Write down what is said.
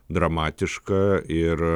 dramatiška ir